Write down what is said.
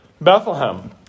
Bethlehem